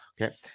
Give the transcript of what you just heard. okay